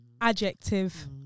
adjective